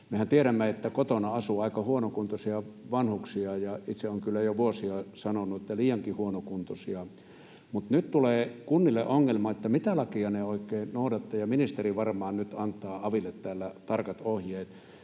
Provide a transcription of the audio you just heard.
mehän tiedämme, että kotona asuu aika huonokuntoisia vanhuksia, ja itse olen kyllä jo vuosia sanonut, että liiankin huonokuntoisia. Mutta nyt tulee kunnille ongelma, että mitä lakia ne oikein noudattavat, ja ministeri varmaan nyt antaa aville täällä tarkat ohjeet.